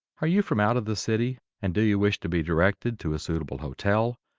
are you from out of the city, and do you wish to be directed to a suitable hotel,